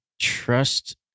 trust